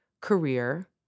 career